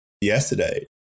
yesterday